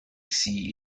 see